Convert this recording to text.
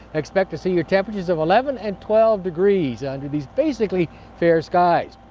expect to see your temperatures of eleven and twelve degrees under these basically fair skies.